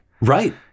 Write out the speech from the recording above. Right